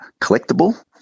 collectible